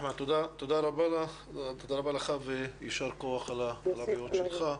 אחמד, תודה רבה לך וישר כוח על הפעילות שלך.